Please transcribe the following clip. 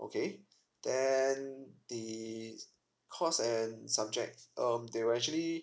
okay then the course and subject um they will actually